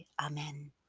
Amen